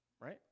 right